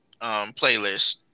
playlist